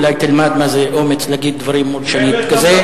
אולי תלמד מה זה אומץ להגיד דברים מול שליט כזה.